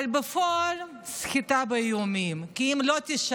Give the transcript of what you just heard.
אבל בפועל זה סחיטה באיומים, כי אם לא תשלם,